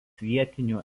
vietinių